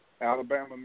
Alabama